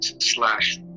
slash